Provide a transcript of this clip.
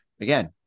again